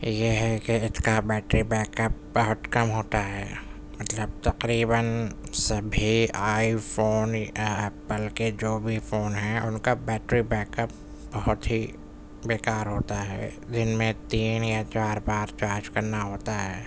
یہ ہے کہ اس کا بیٹری بیک اپ بہت کم ہوتا ہے مطلب تقریباً سبھی آئی فون یا ایپل کے جو بھی فون ہیں ان کا بیٹری بیک اپ بہت ہی بیکار ہوتا ہے دن میں تین یا چار بار چارج کرنا ہوتا ہے